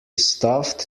stuffed